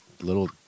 little